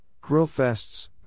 grill-fests